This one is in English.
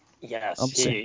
Yes